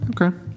Okay